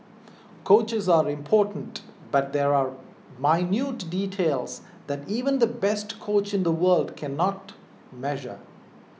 coaches are important but there are minute details that even the best coach in the world cannot measure